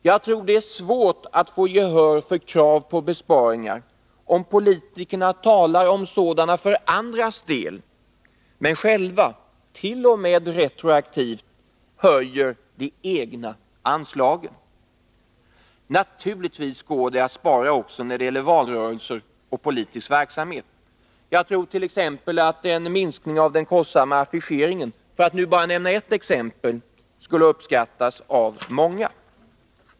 Jag tror att det är svårt att få gehör för krav på besparingar, om politikerna talar om sådana för andras del men höjer de egna anslagen, t.o.m. retroaktivt. Naturligtvis går det att spara också när det gäller valrörelser och politisk verksamhet. Jag tror att en minskning av den kostsamma affischeringen — för att bara nämna ett exempel — skulle uppskattas av många.